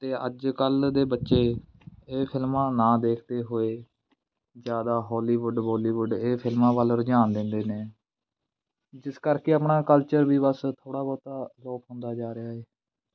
ਅਤੇ ਅੱਜ ਕੱਲ੍ਹ ਦੇ ਬੱਚੇ ਇਹ ਫਿਲਮਾਂ ਨਾ ਦੇਖਦੇ ਹੋਏ ਜ਼ਿਆਦਾ ਹੋਲੀਵੁੱਡ ਬੋਲੀਵੁੱਡ ਇਹ ਫਿਲਮਾਂ ਵੱਲ ਰੁਝਾਨ ਦਿੰਦੇ ਨੇ ਜਿਸ ਕਰਕੇ ਆਪਣਾ ਕਲਚਰ ਵੀ ਬਸ ਥੋੜ੍ਹਾ ਬਹੁਤਾ ਅਲੋਪ ਹੁੰਦਾ ਜਾ ਰਿਹਾ ਏ